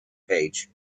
page